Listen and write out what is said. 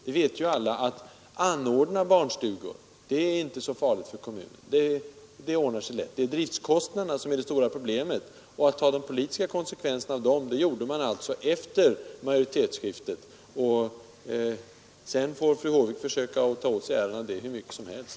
Vi vet ju alla att det inte är så betungande för en kommun att anordna barnstugor; det är driftkostnaderna som är det stora problemet. De politiska konsekvenserna härav tog man alltså efter majoritetsskiftet. Sedan får fru Håvik hur mycket som helst försöka ta åt sig äran för det.